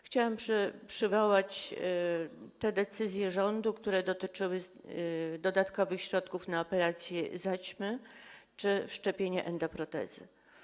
Chciałabym przywołać te decyzje rządu, które dotyczyły dodatkowych środków na operacje zaćmy czy wszczepianie endoprotez.